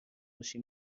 خوشی